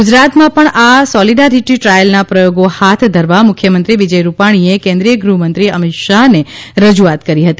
ગુજરાતમાં પણ આ સોલીડારીટી દ્રાયલના પ્રયોગો હાથ ધરવા મુખ્યમંત્રી વિજય રૂપાણીએ કેન્દ્રીય ગૃહ મંત્રી અમિત શાહને રજુઆત કરી હતી